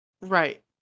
Right